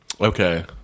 okay